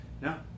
no